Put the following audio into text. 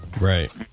Right